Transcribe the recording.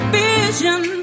vision